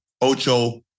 Ocho